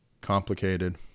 complicated